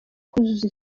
kuzuza